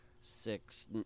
six